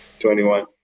21